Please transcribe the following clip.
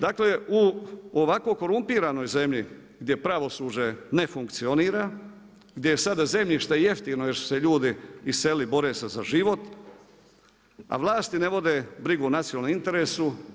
Dakle, u ovakvoj korumpiranoj zemlji, gdje pravosuđe ne funkcionira, gdje je sada zemljište jeftine, jer su se ljudi iselili, bore se za život, a vlasti ne vode brigu o nacionalnom interesu.